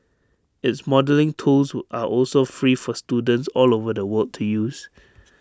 its modelling tools are also free for students all over the world to use